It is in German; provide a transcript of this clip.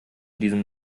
diesem